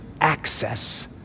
access